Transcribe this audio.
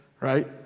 right